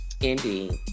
Indeed